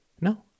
No